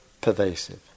pervasive